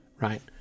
right